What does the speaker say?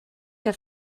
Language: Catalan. que